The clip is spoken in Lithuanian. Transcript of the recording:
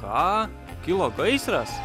ką kilo gaisras